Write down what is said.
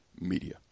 Media